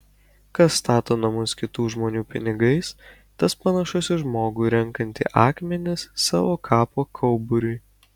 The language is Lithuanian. kas stato namus kitų žmonių pinigais tas panašus į žmogų renkantį akmenis savo kapo kauburiui